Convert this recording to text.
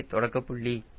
இதுவே தொடக்கப்பள்ளி